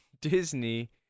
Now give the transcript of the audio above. Disney